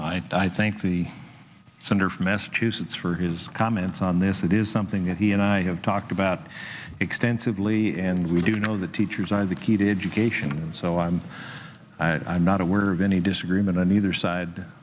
wyoming i think the senator from massachusetts for his comments on this it is something that he and i have talked about extensively and we do know that teachers are the key to education so i'm not aware of any disagreement on either side